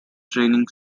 training